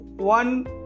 One